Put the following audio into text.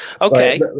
Okay